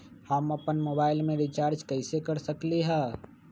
हम अपन मोबाइल में रिचार्ज कैसे कर सकली ह?